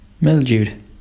mildewed